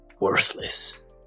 worthless